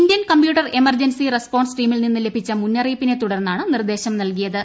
Indian computer emergency response ടീമിൽ ന്യൂന്ന് ലീഭിച്ച മുന്നറിയിപ്പിനെ തുടർന്നാണ് നിർദ്ദേശം നൽകിയത്